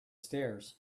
stairs